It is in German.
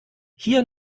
hier